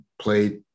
played